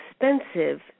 expensive